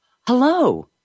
Hello